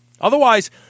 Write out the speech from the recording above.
Otherwise